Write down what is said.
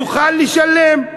יוכל לשלם.